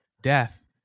death